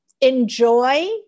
enjoy